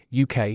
UK